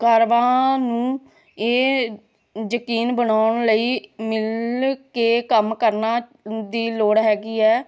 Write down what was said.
ਕਰਬਾ ਨੂੰ ਇਹ ਯਕੀਨ ਬਣਾਉਣ ਲਈ ਮਿਲ ਕੇ ਕੰਮ ਕਰਨਾ ਦੀ ਲੋੜ ਹੈਗੀ ਹੈ